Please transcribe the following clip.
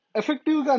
effective